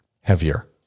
heavier